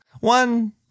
one